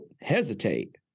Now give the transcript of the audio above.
hesitate